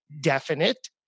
definite